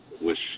wish